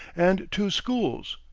and two schools,